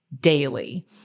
daily